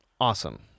awesome